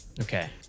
Okay